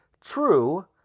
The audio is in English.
True